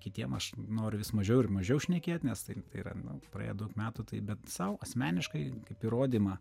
kitiem aš noriu vis mažiau ir mažiau šnekėt nes tai tai yra nu praėjo daug metų taip bet sau asmeniškai kaip įrodymą